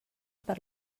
per